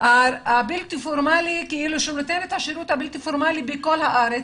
הבלתי פורמלי שנותן את השירות הבלתי פורמלי בכל הארץ,